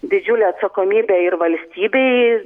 didžiulė atsakomybė ir valstybei